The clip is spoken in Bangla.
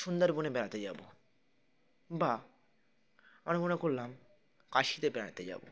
সুন্দরবনে বেড়াতে যাবো বা আমি মনে করলাম কাশিতে বেড়াতে যাবো